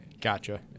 Gotcha